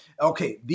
Okay